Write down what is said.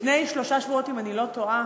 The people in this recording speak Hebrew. לפני שלושה שבועות, אם אני לא טועה,